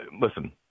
listen